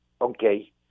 Okay